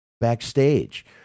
backstage